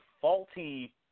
faulty